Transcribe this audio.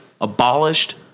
abolished